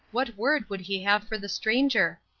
what word would he have for the stranger?